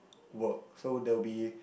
work so there will be